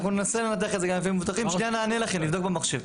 אנחנו ננסה, שנייה נענה לכם, נבדוק במחשב.